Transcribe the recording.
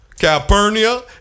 Calpurnia